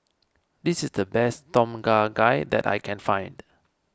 this is the best Tom Kha Gai that I can find